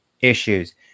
issues